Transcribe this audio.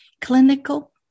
clinical